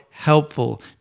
helpful